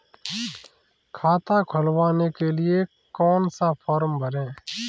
खाता खुलवाने के लिए कौन सा फॉर्म भरें?